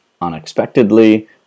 unexpectedly